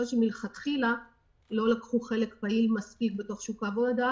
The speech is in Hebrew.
שמלכתחילה לא לקחו חלק פעיל מספיק בתוך שוק העבודה,